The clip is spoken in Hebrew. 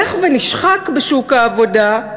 שהולך ונשחק, בשוק העבודה,